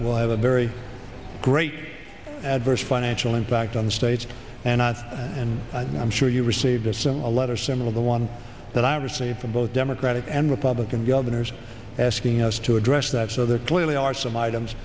it will have a very great adverse financial impact on the states and i and i'm sure you received a cinema letter similar the one that i've received from both democratic and republican governors asking us to address that so there clearly are some items